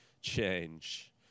change